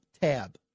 Tab